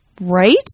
right